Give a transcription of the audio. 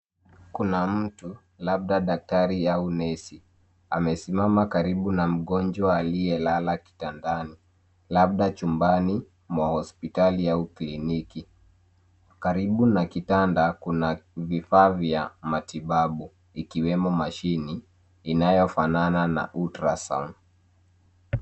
Kuna mtu, labda daktari au muuguzi, amesimama karibu na mgonjwa aliye lala kitandani. Huenda chumbani, katika hospitali au kliniki. Karibu na kitanda kuna vifaa vya matibabu, vikiwemo mashine.